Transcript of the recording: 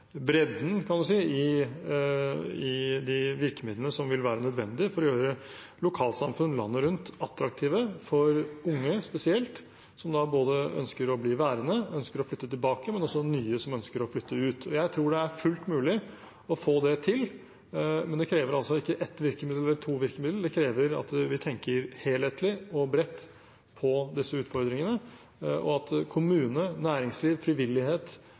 bredden, kan du si, i de virkemidlene som vil være nødvendige for å gjøre lokalsamfunn landet rundt attraktive for unge spesielt, både de som ønsker å bli værende, de som ønsker å flytte tilbake, og også nye som ønsker å flytte dit. Jeg tror det er fullt mulig å få det til, men det krever altså ikke ett virkemiddel eller to virkemidler. Det krever at vi tenker helhetlig og bredt på disse utfordringene, og at kommunene, næringsliv, frivillighet